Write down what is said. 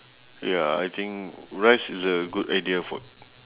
ya I think rice is a good idea food